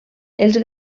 els